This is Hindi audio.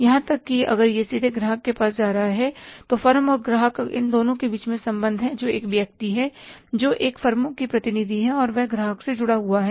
यहां तक कि अगर यह सीधे ग्राहक के पास जा रहा है तो फर्म और ग्राहक अगर दोनों के बीच संबंध हैं तो एक व्यक्ति है जो एक फर्मों का प्रतिनिधि है और वह ग्राहक से जुड़ा हुआ है